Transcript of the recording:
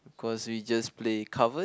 cause we just play covers